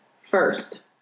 first